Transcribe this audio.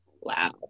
Wow